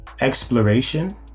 exploration